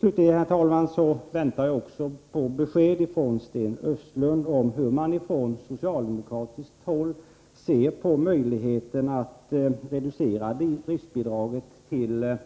Slutligen, herr talman, väntar jag på besked från Sten Östlund om hur man på socialdemokratiskt håll ser på möjligheterna att reducera driftbidragen till